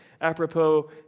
apropos